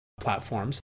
platforms